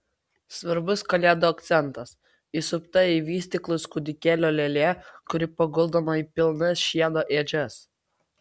svarbus kalėdų akcentas įsupta į vystyklus kūdikėlio lėlė kuri paguldoma į pilnas šieno ėdžias